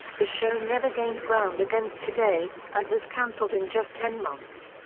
the show never gained ground against today, and was canceled in just ten months.